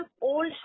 old